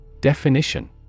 Definition